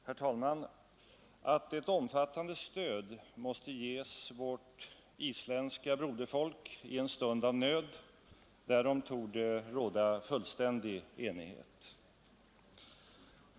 Herr talman! Att ett omfattande stöd måste ges vårt isländska broderfolk i en stund av nöd, därom torde det råda fullständig enighet.